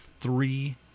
three